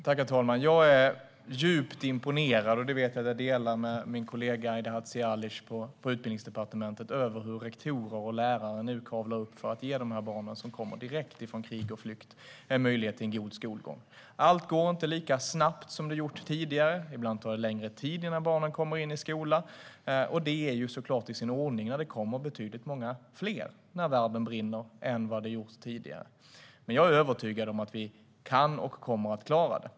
Herr talman! Jag och min kollega Aida Hadzialic är djupt imponerade av hur rektorer och lärare nu kavlar upp ärmarna för att ge de barn som kommer direkt från krig och flykt en möjlighet till en god skolgång. Allt går inte lika snabbt som det har gjort tidigare. Ibland tar det längre tid innan barnen kommer in i skolan, och det är såklart i sin ordning när det kommer betydligt många fler från en värld i brand än vad det har gjort tidigare. Men jag är övertygad om att vi kan och kommer att klara det.